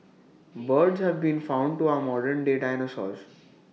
birds have been found to our modern day dinosaurs